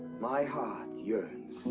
my heart yearns